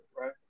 right